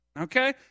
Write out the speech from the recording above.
okay